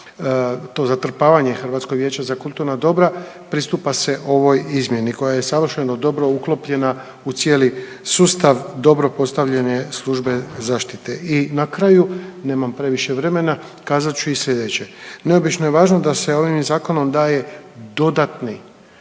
to zatrpavanje Hrvatskog vijeća za kulturna dobra pristupa se ovoj izmjeni koja je savršeno dobro uklopljena u cijeli sustav, dobro postavljanje službe zaštite. I na kraju, nemam previše vremena, kazat ću i slijedeće. Neobično je važno da se ovim zakonom daje dodatni